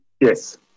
Yes